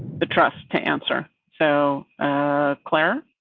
the trust to answer. so clair,